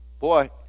Boy